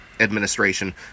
administration